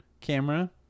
camera